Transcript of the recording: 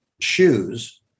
shoes